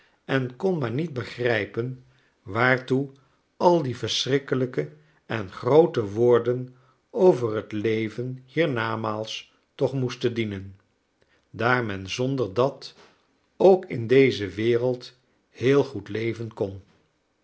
en kon maar niet begrijpen waartoe al die verschrikkelijke en groote woorden over het leven hiernamaals toch moesten dienen daar men zonder dat ook in deze wereld heel goed leven kon